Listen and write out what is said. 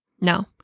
No